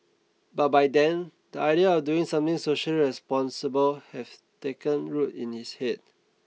but by then the idea of doing something social responsible have taken root in his head